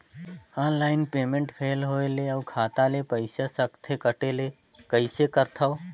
Online payment fail होय ले अउ खाता ले पईसा सकथे कटे ले कइसे करथव?